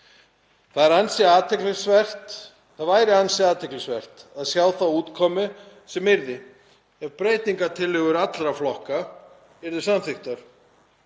Það væri ansi athyglisvert að sjá þá útkomu sem yrði ef breytingartillögur allra flokka yrðu samþykktar.